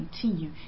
continue